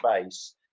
space